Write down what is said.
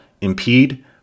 impede